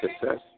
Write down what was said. success